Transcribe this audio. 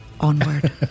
Onward